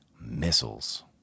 missiles